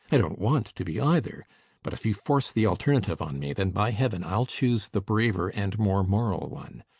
i don't want to be either but if you force the alternative on me, then, by heaven, i'll choose the braver and more moral one.